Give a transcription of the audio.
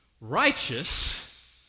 Righteous